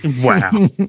Wow